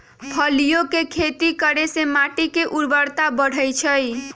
फलियों के खेती करे से माटी के ऊर्वरता बढ़ई छई